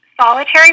solitary